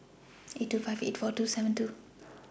eight two five eight four two seven two